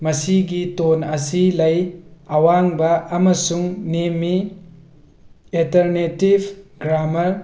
ꯃꯁꯤꯒꯤ ꯇꯣꯟ ꯑꯁꯤ ꯂꯩ ꯑꯋꯥꯡꯕ ꯑꯃꯁꯨꯡ ꯅꯦꯝꯃꯤ ꯑꯦꯇꯔꯅꯦꯇꯤꯐ ꯒ꯭ꯔꯥꯃꯔ